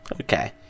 Okay